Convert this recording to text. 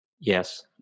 Yes